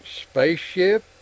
Spaceship